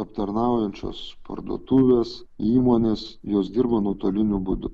aptarnaujančios parduotuvės įmonės jos dirba nuotoliniu būdu